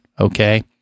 okay